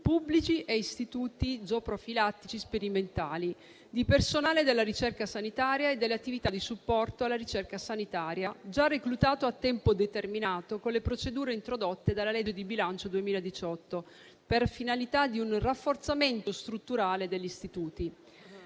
pubblici e gli istituti zooprofilattici sperimentali, di personale della ricerca sanitaria e delle attività di supporto alla ricerca sanitaria già reclutato a tempo determinato con le procedure introdotte dalla legge di bilancio 2018, per finalità di rafforzamento strutturale degli istituti.